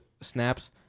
snaps